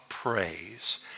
Praise